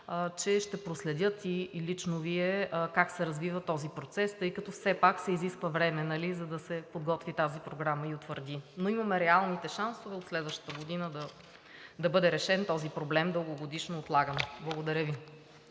че ще проследят и лично Вие как се развива този процес, тъй като все пак се изисква време, за да се подготви тази програма и утвърди, но имаме реалните шансове от следващата година да бъде решен този дългогодишно отлаган проблем. Благодаря Ви.